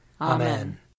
Amen